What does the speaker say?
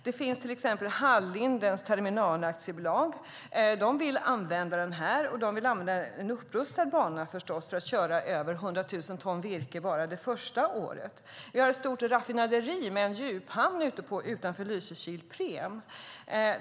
Det finns till exempel Hallindens Terminal AB, som vill använda den - och de vill förstås använda en upprustad bana - för att köra över 100 000 ton virke bara det första året. Vi har ett stort raffinaderi med en djuphamn utanför Lysekil, Preem.